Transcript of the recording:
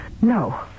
No